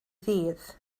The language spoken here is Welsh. ddydd